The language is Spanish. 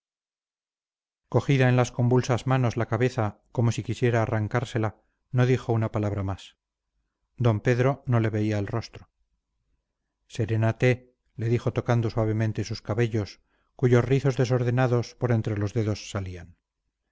cogida en las convulsas manos la cabeza como si quisiera arrancársela no dijo una palabra más d pedro no le veía el rostro serénate le dijo tocando suavemente sus cabellos cuyos rizos desordenados por entre los dedos salían